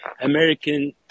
American